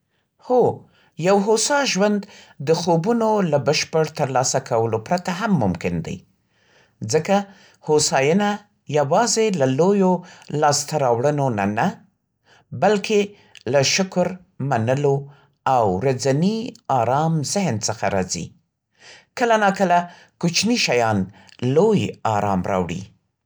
م هو، یو هوسا ژوند د خوبونو له بشپړ ترلاسه کولو پرته هم ممکن دی، ځکه هوساینه یوازې له لویو لاسته‌راوړنو نه نه، بلکې له شکر، منلو، او ورځني ارام ذهن څخه راځي. کله ناکله کوچني شیان لوی ارام راوړي.